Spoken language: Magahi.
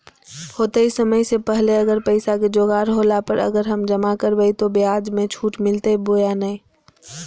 होतय समय से पहले अगर पैसा के जोगाड़ होला पर, अगर हम जमा करबय तो, ब्याज मे छुट मिलते बोया नय?